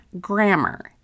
grammar